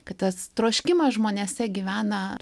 kad tas troškimas žmonėse gyvena